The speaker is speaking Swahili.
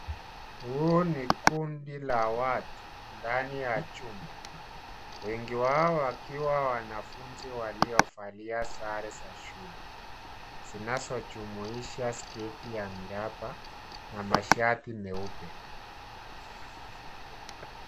Huu ni kundi la watu ndani ya chumba wengi wao wakiwa wanafunzi waliovalia sare za shule zinazojumuisha sketi ya miraba na mashati meupe.